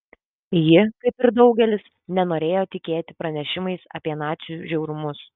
ji kaip ir daugelis nenorėjo tikėti pranešimais apie nacių žiaurumus